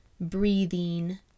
breathing